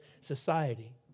Society